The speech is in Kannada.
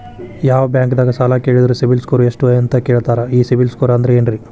ಯಾವ ಬ್ಯಾಂಕ್ ದಾಗ ಸಾಲ ಕೇಳಿದರು ಸಿಬಿಲ್ ಸ್ಕೋರ್ ಎಷ್ಟು ಅಂತ ಕೇಳತಾರ, ಈ ಸಿಬಿಲ್ ಸ್ಕೋರ್ ಅಂದ್ರೆ ಏನ್ರಿ?